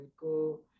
go